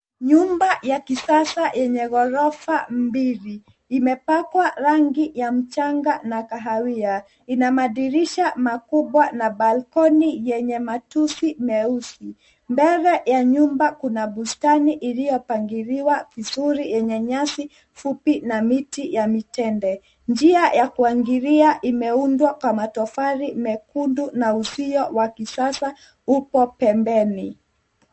Nyumba ya kisasa yenye gorofa mbili imepakwa rangi ya mchanga na kahawia ina madirisha makubwa na balkoni yenye matusi meusi. Mbele ya nyumba kuna bustani iliopangiliwa vizuri yenye nyasi fupi na miti ya mitende. Njia ya kuingilia imeundwa kwa matofali mekundu na uzio wa kisasa upo pembeni.